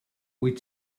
wyt